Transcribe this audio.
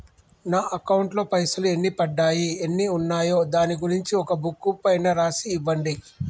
నా అకౌంట్ లో పైసలు ఎన్ని పడ్డాయి ఎన్ని ఉన్నాయో దాని గురించి ఒక బుక్కు పైన రాసి ఇవ్వండి?